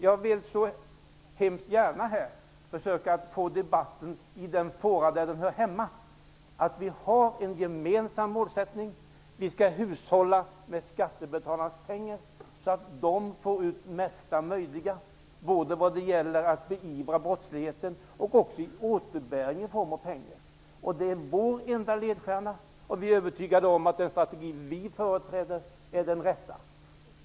Jag vill ju så gärna se att debatten hamnar i den fåra där den hör hemma. Det gäller att vi har en gemensam målsättning. Vi skall alltså hushålla med skattebetalarnas pengar, så att skattebetalarna får ut mesta möjliga vad gäller både att beivra brottsligheten och att ge återbäring i form av pengar. Det är vår enda ledstjärna. Vi är övertygade om att den strategi som vi företräder är den rätta.